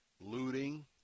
looting